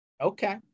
Okay